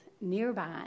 nearby